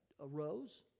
arose